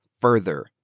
further